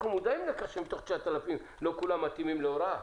אנחנו מודעים לכך שמתוך 8,000 לא כולם מתאימים להוראה.